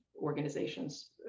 organizations